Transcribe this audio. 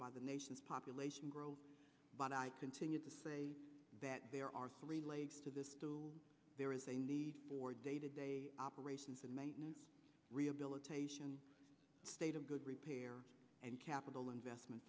by the nation's population growth but i continue to say that there are three legs to this too there is a need for day to day operations and rehabilitation state of good repair and capital investment